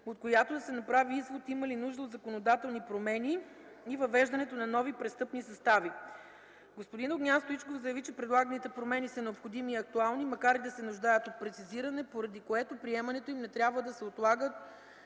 от която да се направи извод има ли нужда от законодателни промени и въвеждането на нови престъпни състави. Господин Огнян Стоичков заяви, че предлаганите промени са необходими и актуални, макар и да се нуждаят от прецизиране, поради което приемането им не трябва да се отлага